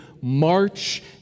March